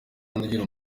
ugira